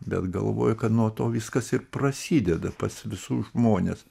bet galvoju kad nuo to viskas ir prasideda pas visus žmones